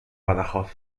badajoz